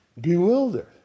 bewildered